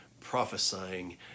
prophesying